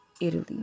Italy